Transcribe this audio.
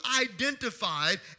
identified